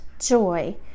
joy